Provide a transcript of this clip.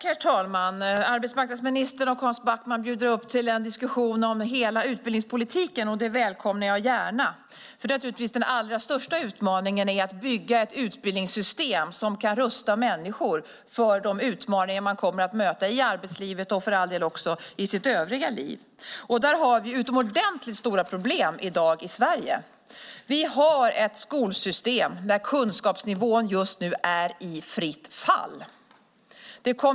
Herr talman! Arbetsmarknadsministern och Hans Backman bjuder upp till en diskussion om hela utbildningspolitiken. En sådan välkomnar jag gärna. Den allra största utmaningen är naturligtvis att bygga ett utbildningssystem som kan rusta människor för de utmaningar som de kommer att möta i arbetslivet och för all del också i livet i övrigt. Vi i Sverige har i dag utomordentligt stora problem. Vi har ett skolsystem där kunskapsnivån just nu är i fritt fall.